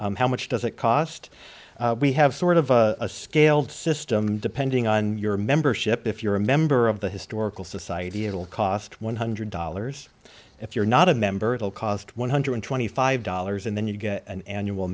cost how much does it cost we have sort of a scaled system depending on your membership if you're a member of the historical society it'll cost one hundred dollars if you're not a member it will cost one hundred twenty five dollars and then you get an annual